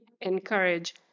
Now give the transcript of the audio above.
encourage